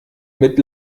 mit